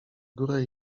górę